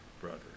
brother